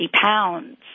pounds